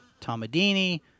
Tomadini